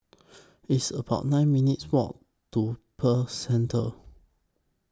It's about nine minutes' Walk to Pearl Centre